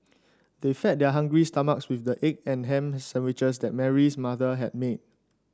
they fed their hungry stomachs with the egg and ham sandwiches that Mary's mother had made